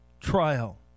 trial